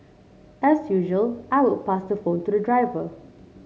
as usual I would pass the phone to the driver